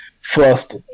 first